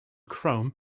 chrome